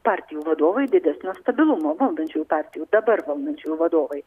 partijų vadovai didesnio stabilumo valdančiųjų partijų dabar valdančiųjų vadovai